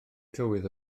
tywydd